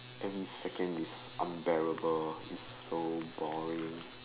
every second is unbearable is so boring